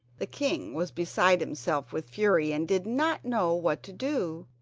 the king was beside himself with fury and did not know what to do,